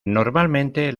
normalmente